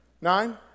nine